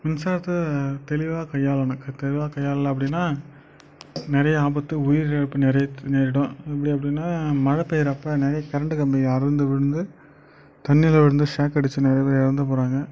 மின்சாரத்தை தெளிவாக கையாளணும் அதை தெளிவாக கையாளல அப்படின்னா நிறைய ஆபத்து உயிரிழப்பு நிறையா நேரிடும் எப்படி அப்படின்னா மழை பெய்யறப்ப நிறைய கரண்டு கம்பி அறுந்து விழுந்து தண்ணியில விழுந்து சாக்கடிச்சு நிறைய பேர் இறந்து போகறாங்க